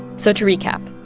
so to recap,